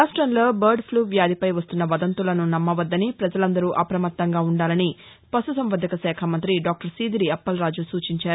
రాష్టంలో బర్డ్ఫ్లు వ్యాధిపై వస్తున్న వదంతులను నమ్మవద్దని ప్రజలందరూ అప్రమత్తంగా ఉండాలని పశుసంవర్దక శాఖా మంత్రి డాక్టర్ సీదిరి అప్పలరాజు సూచించారు